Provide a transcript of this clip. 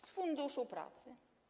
Z Funduszu Pracy.